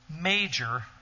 major